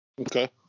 Okay